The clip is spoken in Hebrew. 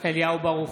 אליהו ברוכי,